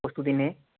প্রস্তুতি নে